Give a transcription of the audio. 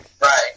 Right